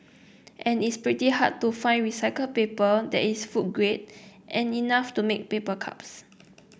and it's pretty hard to find recycled paper that is food grade and enough to make paper cups